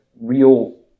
real